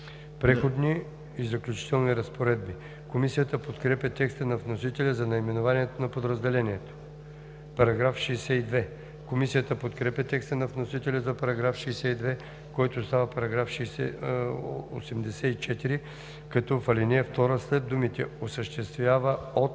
„Преходни и заключителни разпоредби“. Комисията подкрепя текста на вносителя за наименованието на подразделението. Комисията подкрепя текста на вносителя за § 62, който става § 84, като в ал. 2 след думите „осъществява от“